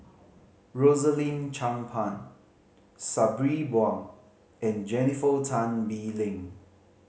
Rosaline Chan Pang Sabri Buang and Jennifer Tan Bee Leng